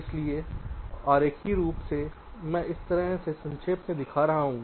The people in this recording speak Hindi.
इसलिए आरेखीय रूप से मैं इस तरह से संक्षेप में दिखा रहा हूं